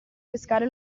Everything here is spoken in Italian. pescare